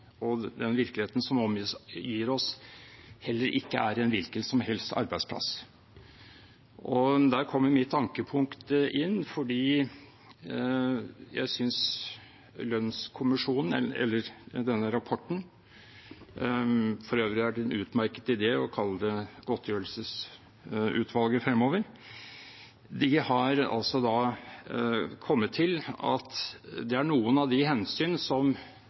og den virkeligheten som omgir oss, heller ikke er en hvilken som helst arbeidsplass. Der kommer mitt ankepunkt inn, fordi jeg synes lønnskommisjonen eller denne rapporten – for øvrig er det en utmerket idé å kalle det godtgjørelsesutvalget fremover – har kommet til at det er noen av de hensyn som